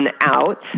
out